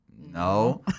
No